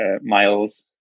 miles